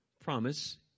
promise